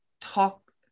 talk